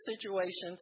situations